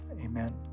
Amen